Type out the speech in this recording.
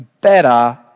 better